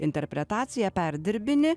interpretaciją perdirbinį